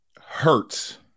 hurts